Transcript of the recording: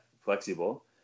Flexible